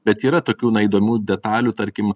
bet yra tokių na įdomių detalių tarkim